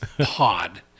pod